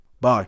Bye